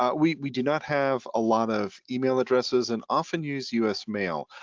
ah we we do not have a lot of email addresses and often use us mail.